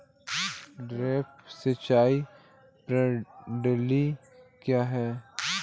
Drip सिंचाई प्रणाली क्या है?